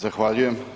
Zahvaljujem.